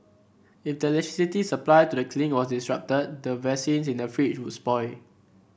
if the electricity supply to the clinic was disrupted the vaccines in the fridge would spoil